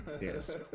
Yes